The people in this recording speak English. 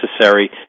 necessary